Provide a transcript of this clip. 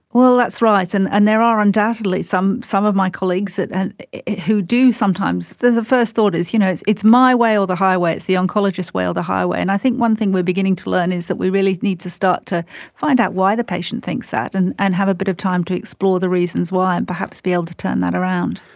that's right, and and there are undoubtedly some some of my colleagues who do sometimes, the the first thought is you know it's it's my way or the highway, it's the oncologist's way or the highway, and i think one thing we are beginning to learn is that we really need to start to find out why the patient thinks that and and have a bit of time to explore the reasons why and perhaps be able to turn that around.